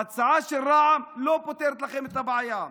ההצעה של רע"מ לא פותרת לכם את הבעיה.